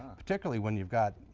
particularly when you've got,